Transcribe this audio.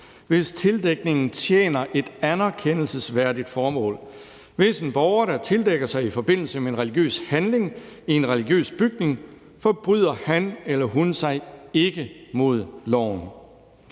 hvis tildækningen tjener et anerkendelsesværdigt formål. Hvis en borger tildækker sig i forbindelse med en religiøs handling i en religiøs bygning, forbryder han eller hun sig ikke mod loven.